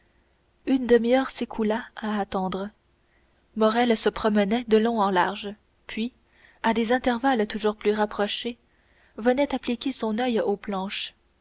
une demi-heure s'écoula à attendre morrel se promenait de long en large puis à des intervalles toujours plus rapprochés venait appliquer son oeil aux planches